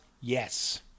Yes